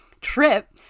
trip